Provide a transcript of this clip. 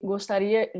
Gostaria